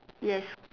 yes